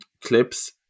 clips